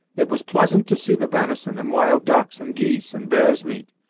it was pleasant to see the venison, and wild ducks, and geese, and bear's meat,